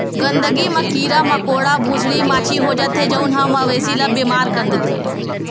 गंदगी म कीरा मकोरा, भूसड़ी, माछी हो जाथे जउन ह मवेशी ल बेमार कर देथे